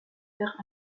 terres